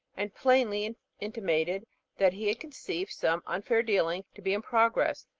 and plainly intimated that he conceived some unfair dealing to be in progress.